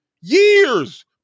Years